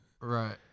Right